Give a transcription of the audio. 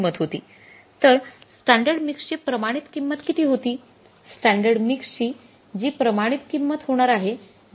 तर स्टँडर्ड मिक्सची प्रमाणित किंमत किती होती स्टँडर्ड मिक्सची जी प्रमाणित किंमत होणार आहे